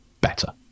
better